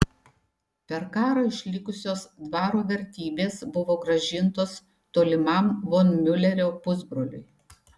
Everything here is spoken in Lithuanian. per karą išlikusios dvaro vertybės buvo grąžintos tolimam von miulerio pusbroliui